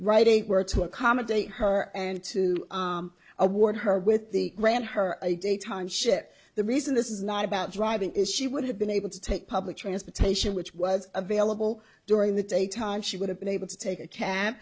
writing were to accommodate her and to award her with the grant her a daytime ship the reason this is not about driving is she would have been able to take public transportation which was available during the day time she would have been able to take a ca